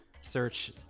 search